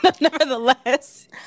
nevertheless